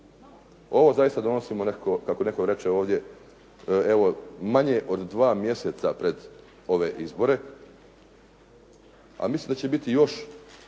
Ovo zaista donosimo nekako kako netko reče ovdje evo manje od dva mjeseca pred ove izbore, a mislim da će biti još